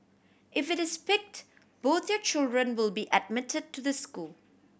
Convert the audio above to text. if it is picked both your children will be admitted to the school